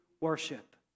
worship